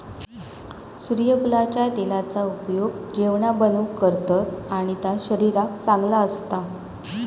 सुर्यफुलाच्या तेलाचा उपयोग जेवाण बनवूक करतत आणि ता शरीराक चांगला असता